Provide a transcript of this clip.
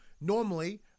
normally